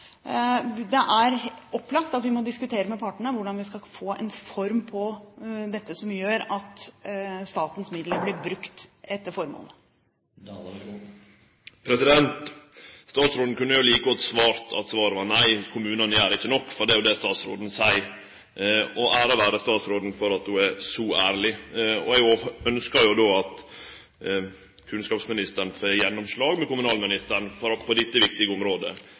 Det er opplagt at vi må diskutere med partene hvordan vi skal få en form på dette som gjør at statens midler blir brukt etter formålet. Statsråden kunne like godt svart nei, kommunane gjer ikkje nok. Det er jo det statsråden seier. Og ære vere statsråden for at ho er så ærleg. Eg ønskjer at kunnskapsministeren, saman med kommunalministeren, får gjennomslag på dette viktige området,